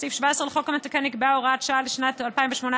בסעיף 17 לחוק המתקן נקבעה הוראת שעה לשנת 2018,